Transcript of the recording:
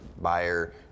buyer